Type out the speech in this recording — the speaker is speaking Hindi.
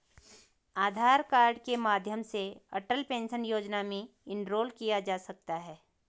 आधार कार्ड के माध्यम से अटल पेंशन योजना में इनरोल किया जा सकता है